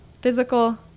physical